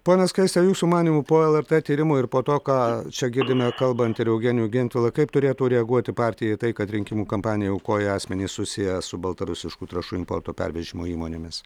ponia skaiste jūsų manymu po lrt tyrimų ir po to ką čia girdime kalbant ir eugenijų gentvilą kaip turėtų reaguoti partija į tai kad rinkimų kampanijai aukoja asmenys susiję su baltarusiškų trąšų importo pervežimo įmonėmis